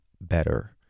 better